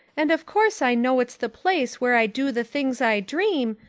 and of course i know it's the place where i do the things i dream,